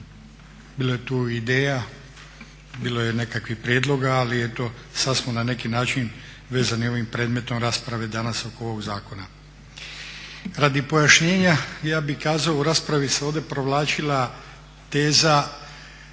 bilo je tu ideja, bilo je nekakvih prijedloga ali eto sada smo na neki način vezani ovim predmetom rasprave danas oko ovog zakona. Radi pojašnjenja ja bih kazao u raspravi se ovdje provlačila teza